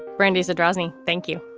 brandi's adressing, thank you.